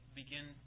begin